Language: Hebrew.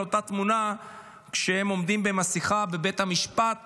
אותה תמונה שהם עומדים במסכה בבית המשפט